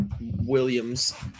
Williams